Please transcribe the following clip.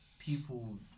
People